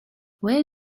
where